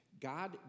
God